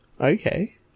okay